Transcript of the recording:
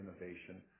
innovation